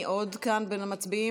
מי עוד כאן בין המצביעים?